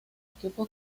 equipo